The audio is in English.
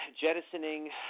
jettisoning